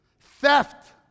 theft